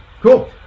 Cool